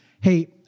Hey